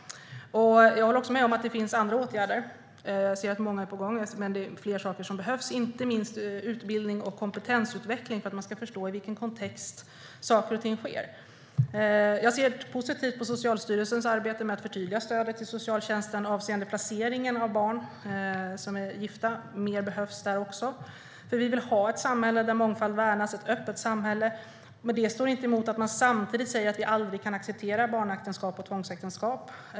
Jag håller också med om att det finns andra åtgärder och ser att många är på gång, men det är fler saker som behövs. Inte minst behövs utbildning och kompetensutveckling för att man ska förstå i vilken kontext saker och ting sker. Jag ser positivt på Socialstyrelsens arbete med att förtydliga stödet till socialtjänsten avseende placeringen av barn som är gifta. Det behövs mer där också. Vi vill ha ett samhälle där mångfald värnas, ett öppet samhälle. Men det står inte i motsats till att vi samtidigt säger att vi aldrig kan acceptera barnäktenskap och tvångsäktenskap.